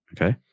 Okay